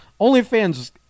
OnlyFans